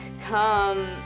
come